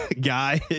guy